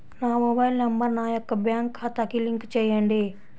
నా mobile number నా యొక్క బ్యాంక్ ఖాతాకి లింక్ చేయండీ?